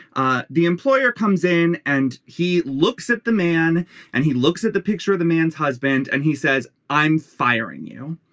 ah the employer comes in and he looks at the man and he looks at the picture of the man's husband and he says i'm firing you.